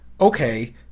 okay